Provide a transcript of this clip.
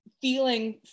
feeling